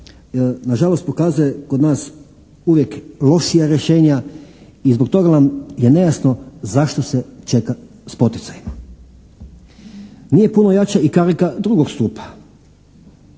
na žalost pokazuje kod nas uvijek lošija rješenja i zbog toga nam je nejasno zašto se čeka s poticajima. Nije puno jača i karika drugog stupa.